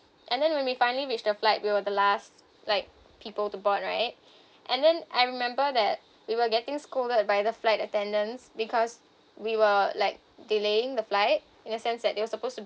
and then when we finally reach the flight we were the last like people to board right and then I remember that we were getting scolded by the flight attendants because we were like delaying the flight in a sense that you were supposed to